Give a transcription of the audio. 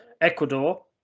Ecuador